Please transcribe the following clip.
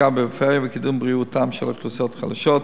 להשקעה בפריפריה וקידום בריאותן של אוכלוסיות חלשות.